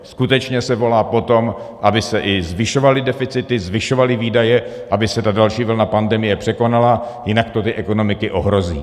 Skutečně se volá po tom, aby se i zvyšovaly deficity, zvyšovaly výdaje, aby se ta další vlna pandemie překonala, jinak to ty ekonomiky ohrozí.